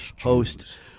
host